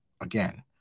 again